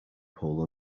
pool